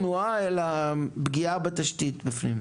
אז לא תנועה, אלא פגיעה בתשתית בפנים.